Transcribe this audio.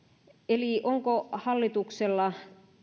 eli onko hallituksella